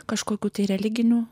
kažkokių religinių